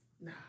nah